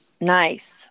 Nice